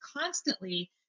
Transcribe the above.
constantly